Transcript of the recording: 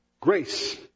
Grace